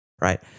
right